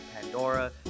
Pandora